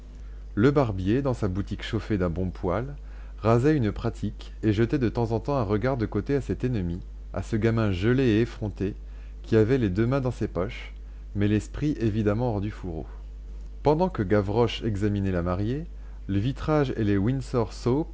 le barbier dans sa boutique chauffée d'un bon poêle rasait une pratique et jetait de temps en temps un regard de côté à cet ennemi à ce gamin gelé et effronté qui avait les deux mains dans ses poches mais l'esprit évidemment hors du fourreau pendant que gavroche examinait la mariée le vitrage et les